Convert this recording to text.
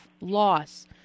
loss